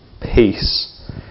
peace